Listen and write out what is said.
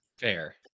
Fair